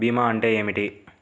భీమా అంటే ఏమిటి?